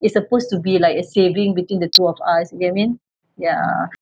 it's supposed to be like a saving between the two of us you get what I mean yeah